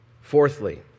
Fourthly